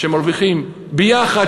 שמרוויחים ביחד,